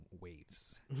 waves